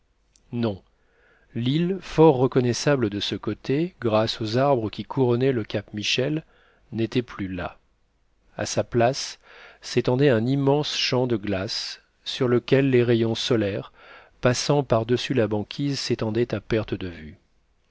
non l'île fort reconnaissable de ce côté grâce aux arbres qui couronnaient le cap michel n'était plus là à sa place s'étendait un immense champ de glace sur lequel les rayons solaires passant par-dessus la banquise s'étendaient à perte de vue